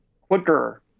quicker